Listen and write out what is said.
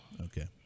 Okay